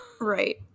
right